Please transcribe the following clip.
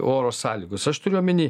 oro sąlygos aš turiu omeny